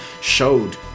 showed